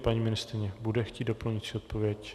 Paní ministryně bude chtít doplňující odpověď?